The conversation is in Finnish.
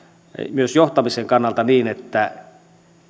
myös johtamisen kannalta niin että